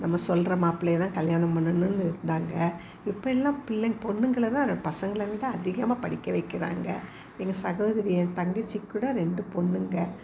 நம்ம சொல்கிற மாப்பிள்ளையே தான் கல்யாணம் பண்ணணும்னு இருந்தாங்க இப்போல்லாம் பிள்ளை பெண்ணுங்கள தான் இந்த பசங்களை விட அதிகமாக படிக்க வைக்கிறாங்க எங்கள் சகோதரி என் தங்கச்சிக்கூட ரெண்டு பொண்ணுங்க